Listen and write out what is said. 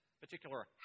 particular